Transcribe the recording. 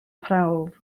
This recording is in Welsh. prawf